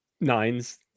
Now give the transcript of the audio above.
nines